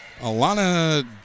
Alana